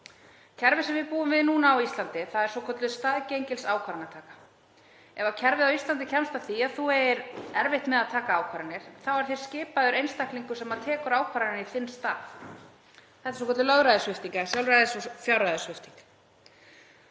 Kerfið sem við búum núna við á Íslandi er svokölluð staðgengilsákvarðanataka. Ef kerfið á Íslandi kemst að því að þú eigir erfitt með að taka ákvarðanir er þér skipaður einstaklingur sem tekur ákvarðanir í þinn stað. Þetta er svokölluð lögræðissvipting eða sjálfræðis- og